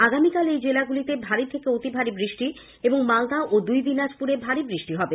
আগামীকাল এই জেলাগুলিতে ভারী থেকে অতিভারী বৃষ্টি এবং মালদা ও দুই দিনাজপুরে ভারী বৃষ্টি হবে